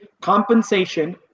compensation